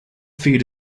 feed